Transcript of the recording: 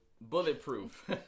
Bulletproof